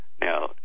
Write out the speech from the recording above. Now